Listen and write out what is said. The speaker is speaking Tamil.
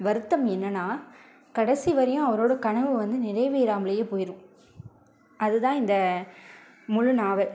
வருத்தம் என்னவென்றால் கடைசி வரையும் அவருடைய கனவு வந்து நிறைவேறாமலே போய்டும் அது தான் இந்த முழு நாவல்